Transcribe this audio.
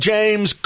James